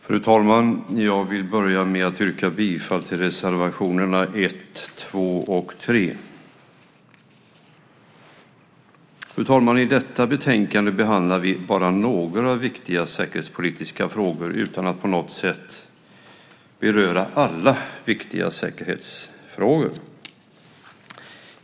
Fru talman! Jag vill börja med att yrka bifall till reservationerna 1, 2 och 3. Fru talman! I detta betänkande behandlar vi bara några viktiga säkerhetspolitiska frågor utan att på något sätt beröra alla viktiga säkerhetsfrågor.